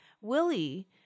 Willie